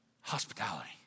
Hospitality